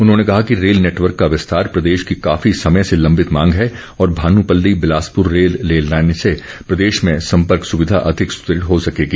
उन्होंने कहा कि रेल नेटवर्क का विस्तार प्रदेश की काफी समय से लंबित मांग है और भानुपल्ली बिलासपुर लेह रेल लाइन से प्रदेश में सम्पर्क सुविधा अधिक सुदढ हो सकेगी